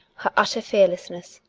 her utter fearlessness,